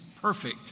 perfect